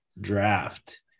draft